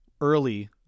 early